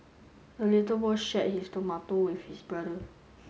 the little boy shared his tomato with his brother